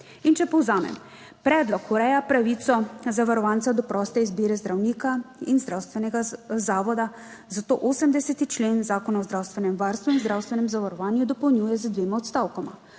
In če povzamem, predlog ureja pravico zavarovanca do proste izbire zdravnika in zdravstvenega zavoda, zato 80. člen Zakona o zdravstvenem varstvu in zdravstvenem zavarovanju dopolnjuje z dvema odstavkoma.